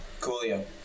Coolio